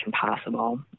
possible